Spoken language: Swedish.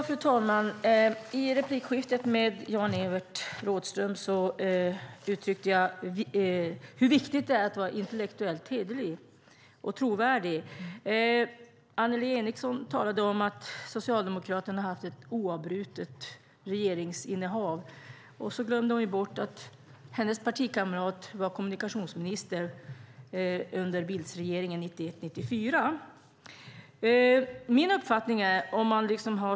Fru talman! I replikskiftet med Jan-Evert Rådhström uttryckte jag hur viktigt det är att vara intellektuellt hederlig och trovärdig. Annelie Enochson talade om att Socialdemokraterna har haft ett oavbrutet regeringsinnehav, och så glömde hon bort att hennes partikamrat var kommunikationsminister under Bildtregeringen 1991-1994.